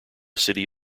city